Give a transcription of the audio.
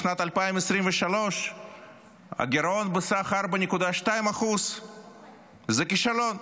בשנת 2023 גירעון בסך 4.2% זה כישלון.